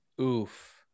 Oof